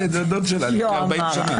דוד שלה, לפני 40 שנה.